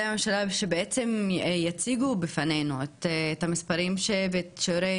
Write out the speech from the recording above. הממשלה שבעצם יציגו בפנינו את המספרים ואת שיעורי